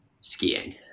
skiing